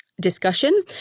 discussion